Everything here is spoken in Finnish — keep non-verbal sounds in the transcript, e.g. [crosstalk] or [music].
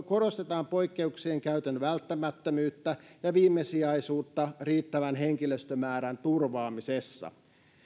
[unintelligible] korostetaan poikkeuksien käytön välttämättömyyttä ja viimesijaisuutta riittävän henkilöstömäärän turvaamisessa